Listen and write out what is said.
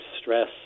stress